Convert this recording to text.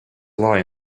lie